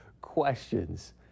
questions